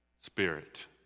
Spirit